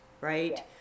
right